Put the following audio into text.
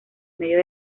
medios